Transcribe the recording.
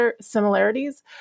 similarities